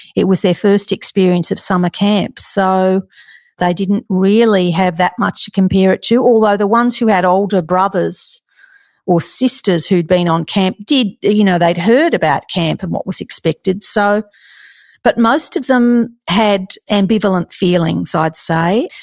it was their first experience of summer camp, so they didn't really have that much to compare it to. although the ones who had older brothers or sisters who'd been on camp did, you know they'd heard about camp and what was expected. so but but most of them had ambivalent feelings i'd say